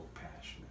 passionate